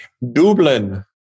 Dublin